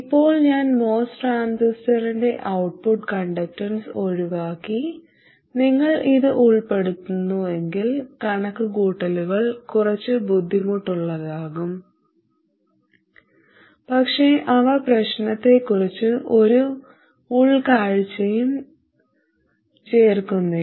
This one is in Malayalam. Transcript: ഇപ്പോൾ ഞാൻ MOS ട്രാൻസിസ്റ്ററിന്റെ ഔട്ട്പുട്ട് കണ്ടക്ടൻസ് ഒഴിവാക്കി നിങ്ങൾ ഇത് ഉൾപ്പെടുത്തുന്നുവെങ്കിൽ കണക്കുകൂട്ടലുകൾ കുറച്ച് ബുദ്ധിമുട്ടുള്ളതാകൂo പക്ഷേ അവ പ്രശ്നത്തെക്കുറിച്ച് ഒരു ഉൾക്കാഴ്ചയും ചേർക്കുന്നില്ല